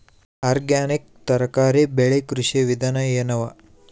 Organic ತರಕಾರಿ ಬೆಳಿ ಕೃಷಿ ವಿಧಾನ ಎನವ?